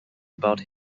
about